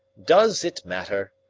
does it matter?